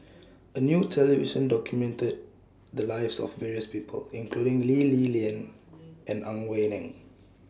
A New television documented The Lives of various People including Lee Li Lian and Ang Wei Neng